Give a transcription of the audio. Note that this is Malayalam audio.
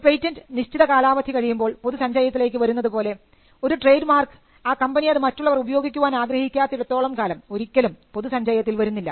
ഒരു പേറ്റൻറ് നിശ്ചിത കാലാവധി കഴിയുമ്പോൾ പൊതുസഞ്ചയത്തിലേക്ക് വരുന്നതുപോലെ ഒരു ട്രേഡ് മാർക്ക് ആ കമ്പനി അത് മറ്റുള്ളവർ ഉപയോഗിക്കുവാൻ ആഗ്രഹിക്കാത്തിടത്തോളം കാലം ഒരിക്കലും പൊതുസഞ്ചയത്തിൽ വരുന്നില്ല